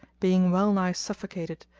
being well nigh suffocated,